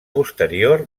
posterior